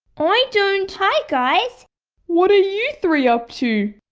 i don't. hi guys what are you three up to?